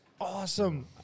awesome